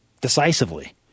decisively